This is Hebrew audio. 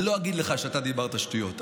לא אגיד לך שאתה דיברת שטויות,